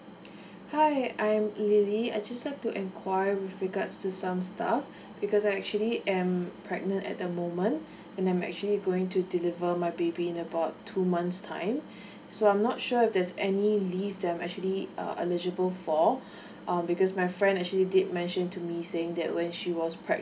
hi I'm lily I just like to enquire with regard to some stuff because I actually am pregnant at the moment and I'm actually going to deliver my baby in about two months time so I'm not sure if there's any leave that I'm actually err eligible for err because my friend actually did mentioned to me saying that when she was pregnant